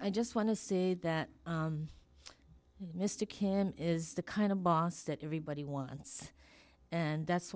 i just want to say that mr kim is the kind of boss that everybody once and that's